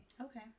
Okay